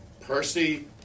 Percy